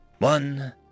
One